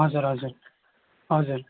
हजुर हजुर हजुर